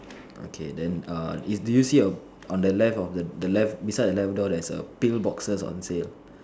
okay then err do you see a on the left of the the left beside the left door there's a peel boxes on sale